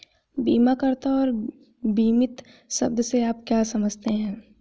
बीमाकर्ता और बीमित शब्द से आप क्या समझते हैं?